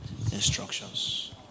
instructions